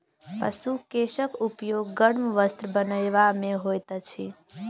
पशु केशक उपयोग गर्म वस्त्र बनयबा मे होइत अछि